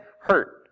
hurt